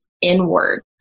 inward